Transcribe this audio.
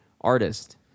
artist